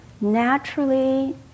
naturally